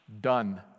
done